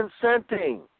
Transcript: consenting